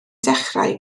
dechrau